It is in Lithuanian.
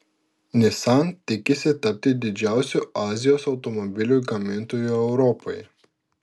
nissan tikisi tapti didžiausiu azijos automobilių gamintoju europoje